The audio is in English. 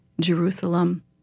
Jerusalem